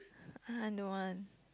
ah I don't want